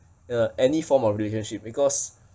uh any form of relationship because